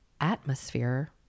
atmosphere